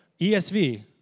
ESV